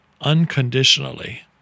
unconditionally